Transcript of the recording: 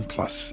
Plus